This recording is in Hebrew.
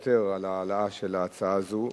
מוותר על ההעלאה של ההצעה הזו.